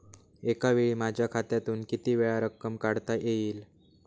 एकावेळी माझ्या खात्यातून कितीवेळा रक्कम काढता येईल?